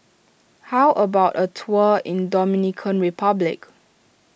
how about a tour in Dominican Republic